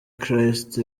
christ